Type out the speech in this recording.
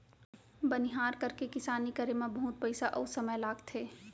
बनिहार करके किसानी करे म बहुत पइसा अउ समय लागथे